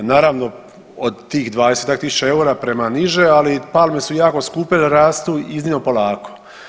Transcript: Naravno od tih 20-ak tisuća eura prema niže, ali palme su jako skupe i rastu iznimno polako.